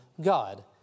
God